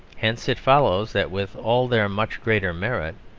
hence it follows that, with all their much greater merit,